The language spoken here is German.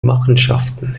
machenschaften